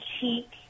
cheek